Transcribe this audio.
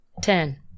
Ten